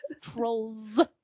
Trolls